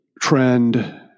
trend